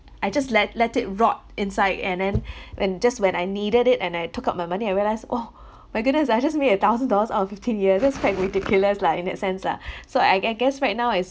I just let let it rot inside and then when just when I needed it and I took out my money I realise oh my goodness I just made a thousand dollars out of fifteen years that's quite ridiculous lah in that sense lah so I can guess right now is